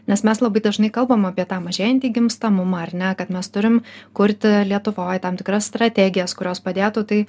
nes mes labai dažnai kalbam apie tą mažėjantį gimstamumą ar ne kad mes turim kurti lietuvoj tam tikras strategijas kurios padėtų tai